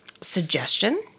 suggestion